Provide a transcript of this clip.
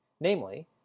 namely